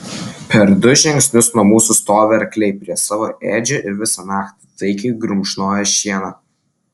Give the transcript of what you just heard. per du žingsnius nuo mūsų stovi arkliai prie savo ėdžių ir visą naktį taikiai grumšnoja šieną